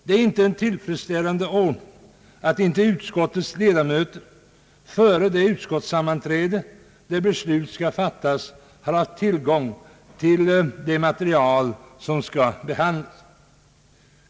Det är icke en tillfredsställande ordning att inte utskottets ledamöter före det utskottssammanträde där beslut skall fattas har haft tillgång till det material som skall behandlas.